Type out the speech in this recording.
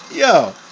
Yo